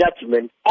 judgment